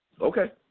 Okay